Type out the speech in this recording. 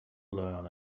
learn